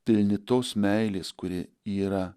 pilni tos meilės kuri yra